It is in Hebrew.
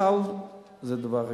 סל זה דבר רגיש.